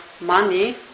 money